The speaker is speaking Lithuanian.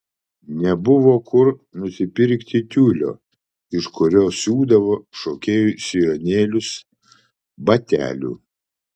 nebuvo kur nusipirkti tiulio iš kurio siūdavo šokėjų sijonėlius batelių